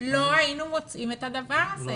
ולא היינו מוצאים את הדבר הזה.